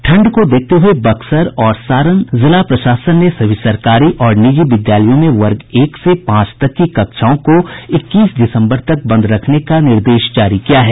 ठंड को देखते हुए बक्सर और सारण जिला प्रशासन ने सभी सरकारी और निजी विद्यालयों में वर्ग एक से पांच तक की कक्षाओं को इक्कीस दिसम्बर तक बंद रखने का निर्देश जारी किया है